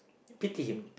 pity him